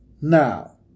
Now